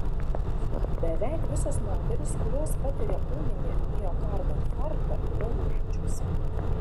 beveik visos moterys kurios patiria ūminį miokardo infarktą yra rūkančios